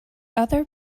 other